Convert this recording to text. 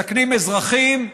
מסכנים אזרחים,